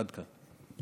עד כאן.